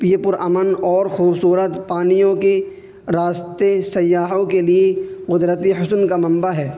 یہ پر امن اور خوبصورت پانیوں کی راستے سیاحوں کے لیے قدرتی حسن کا منبع ہے